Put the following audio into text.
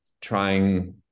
trying